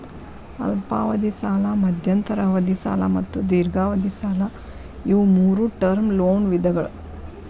ಅಲ್ಪಾವಧಿ ಸಾಲ ಮಧ್ಯಂತರ ಅವಧಿ ಸಾಲ ಮತ್ತು ದೇರ್ಘಾವಧಿ ಸಾಲ ಇವು ಮೂರೂ ಟರ್ಮ್ ಲೋನ್ ವಿಧಗಳ